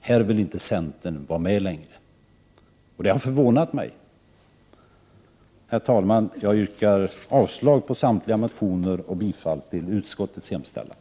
Här vill inte centern vara med längre, och det har förvånat mig. Herr talman! Jag yrkar avslag på samtliga motioner och bifall till utskottets hemställan.